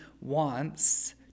wants